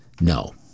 no